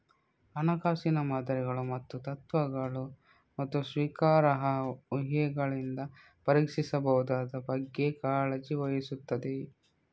ಹಣಕಾಸಿನ ಮಾದರಿಗಳು ಮತ್ತು ತತ್ವಗಳು, ಮತ್ತು ಸ್ವೀಕಾರಾರ್ಹ ಊಹೆಗಳಿಂದ ಪರೀಕ್ಷಿಸಬಹುದಾದ ಬಗ್ಗೆ ಕಾಳಜಿ ವಹಿಸುತ್ತದೆ